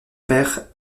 père